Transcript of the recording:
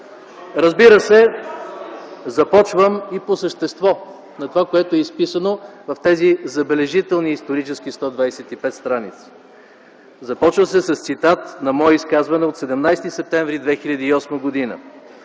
Разбира се, започвам и по същество на това, което е изписано в тези забележителни, исторически 125 страници. Започва се с цитат на мое изказване от 17 септември 2008 г.,